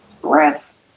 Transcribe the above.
Breath